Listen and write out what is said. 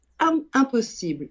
impossible